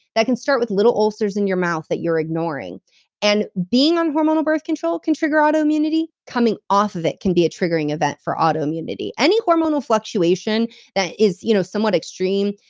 that can start with little ulcers in your mouth that you're ignoring and being on hormonal birth control can trigger autoimmunity. coming off of it can be a triggering event for autoimmunity. any hormonal fluctuation that is you know somewhere extreme,